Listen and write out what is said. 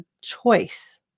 choice